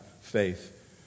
faith